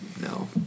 No